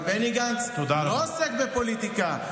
אבל בני גנץ לא עוסק בפוליטיקה.